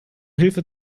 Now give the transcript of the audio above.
hilfe